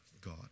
God